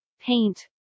paint